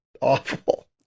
awful